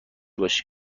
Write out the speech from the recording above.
باشی